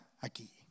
aquí